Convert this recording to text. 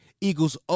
Eagles